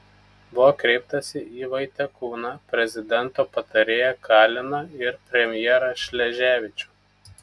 buvo kreiptasi į vaitekūną prezidento patarėją kaliną ir premjerą šleževičių